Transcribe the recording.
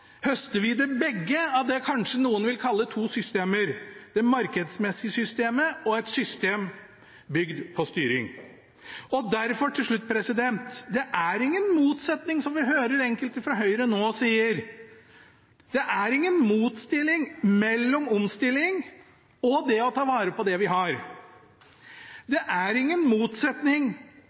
høster vi av det noen kanskje vil kalle to system – det markedsmessige systemet og et system bygd på styring. Derfor er det ingen motsetning, som jeg hører enkelte fra Høyre nå si, mellom omstilling og det å ta vare på det vi har. Det er ingen motsetning